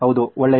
ಹೌದು ಒಳ್ಳೆಯದು